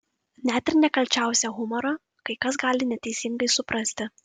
net ir nekalčiausią humorą kai kas gali neteisingai suprasti